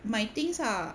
my things are